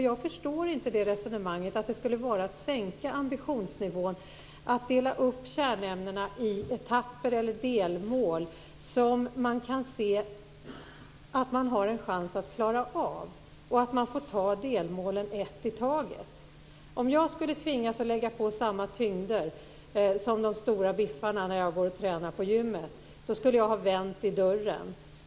Jag förstår inte resonemanget att det skulle vara att sänka ambitionsnivån att dela upp kärnämnena i etapper eller delmål, som man kan se att man har en chans att klara av, och att ta delmålen ett i taget. Om jag skulle tvingas att lägga på samma tyngder som de stora biffarna när jag går och tränar på gymmet skulle jag ha vänt i dörren.